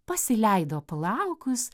pasileido plaukus